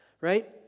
right